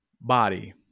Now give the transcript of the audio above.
body